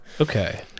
Okay